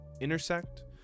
intersect